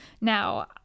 now